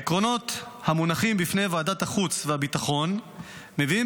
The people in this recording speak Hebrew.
העקרונות המונחים בפני ועדת החוץ והביטחון מביאים